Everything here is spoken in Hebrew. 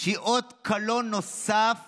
שהיא אות קלון נוסף